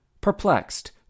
perplexed